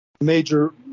major